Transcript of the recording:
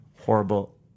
horrible